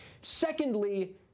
Secondly